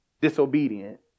disobedient